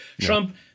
Trump